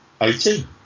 18